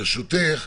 ברשותך,